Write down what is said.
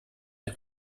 are